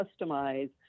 customize